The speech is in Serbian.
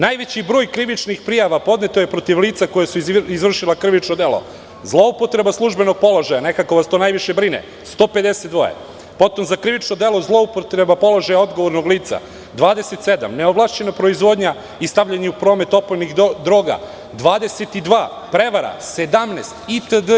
Najveći broj krivičnih prijava je podneto protiv lica koja su izvršila krivično delo zloupotrebe službenog položaja, nekako vas to najviše brine, 152, potom za krivično delo zloupotrebe položaja odgovornog lica – 27, neovlašćena proizvodnja i stavljanje u promet opojnih droga – 22, prevara – 17 itd.